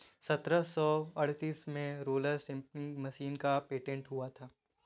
सत्रह सौ अड़तीस में रोलर स्पीनिंग मशीन का पेटेंट हुआ था